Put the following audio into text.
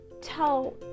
tell